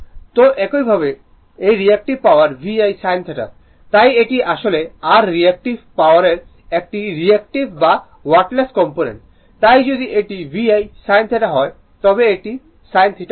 তো একইভাবে এই রিএক্টিভ পাওয়ার VI sin θ তাই এটি আসলে r রিএক্টিভ পাওয়ারর একটি রিএক্টিভ বা ওয়াটলেস কম্পোনেন্ট তাই যদি এটি VI sin θ হয় তবে এটি sin θ হবে